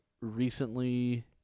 recently